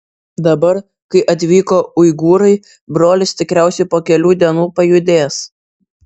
dabar kai atvyko uigūrai brolis tikriausiai po kelių dienų pajudės